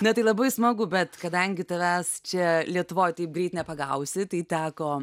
na tai labai smagu bet kadangi tavęs čia lietuvoj taip greit nepagausi tai teko